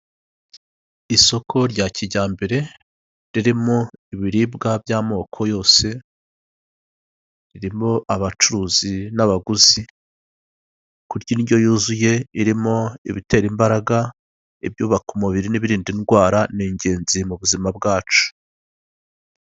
Isoko rya kijyambere ririmo ibiribwa by'amoko yose, ririmo abacuruzi n'abaguzi, kurya indyo yuzuye irimo ibitera imbaraga ibyubaka umubiri, n'inda indwara ni ingenzi mu buzima bwacu.